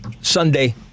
Sunday